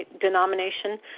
denomination